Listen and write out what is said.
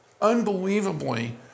unbelievably